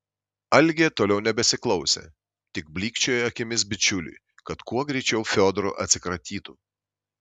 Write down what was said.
algė toliau nebesiklausė tik blykčiojo akimis bičiuliui kad kuo greičiau fiodoru atsikratytų